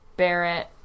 barrett